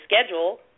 schedule